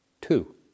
two